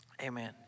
Amen